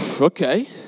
okay